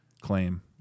claim